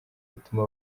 bituma